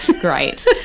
Great